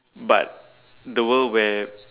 but the world where